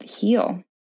heal